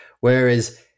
whereas